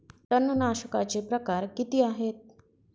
तणनाशकाचे प्रकार किती आहेत?